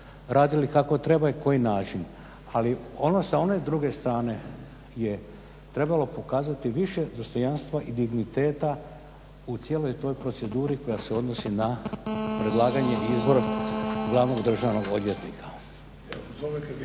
radili kako treba i na koji način. Ali sa one druge strane je trebalo pokazati više dostojanstva i digniteta u cijeloj toj proceduri koja se odnosi na predlaganje i izbor glavnog državnog odvjetnika.